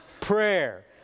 prayer